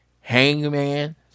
Hangman